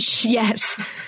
yes